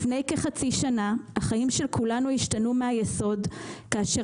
לפני כחצי שנה החיים של כולנו השתנו מהיסוד כאשר